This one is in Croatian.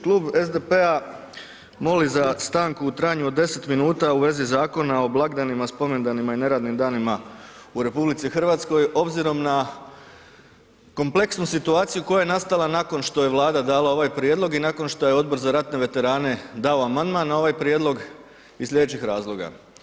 Klub SDP-a moli za stanku u trajnu od 10 minuta u vezi Zakona o blagdanima, spomendanima i neradnim danima u Rh obzirom na kompleksnu situaciju koja je nastala nakon što je Vlada dala ovaj prijedlog i nakon što je Odbor za ratne veterane dao amandman na ovaj prijedlog iz slijedećih razloga.